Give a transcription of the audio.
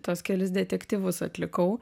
tuos kelis detektyvus atlikau